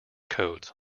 codes